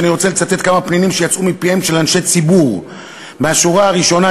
אני רוצה לצטט כמה פנינים שיצאו מפיהם של אנשי ציבור מהשורה הראשונה,